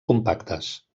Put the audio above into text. compactes